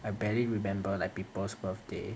I barely remember like people's birthday